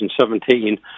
2017